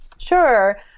Sure